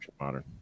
modern